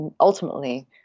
ultimately